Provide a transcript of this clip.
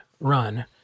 run